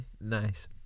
nice